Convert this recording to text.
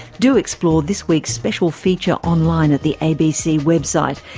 do explore this week's special feature online at the abc website.